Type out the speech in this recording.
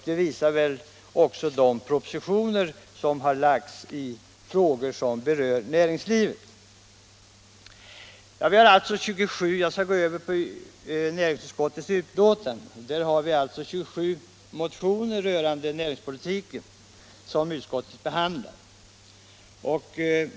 Det visar väl också de propositioner som framlagts i frågor som rör näringslivet. I näringsutskottets betänkande behandlas 27 motioner rörande näringspolitiken.